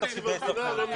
בתקציב הקורונה יש תקציב.